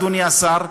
אדוני השר,